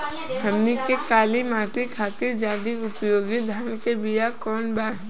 हमनी के काली माटी खातिर ज्यादा उपयोगी धान के बिया कवन बा?